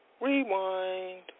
Rewind